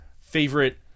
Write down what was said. favorite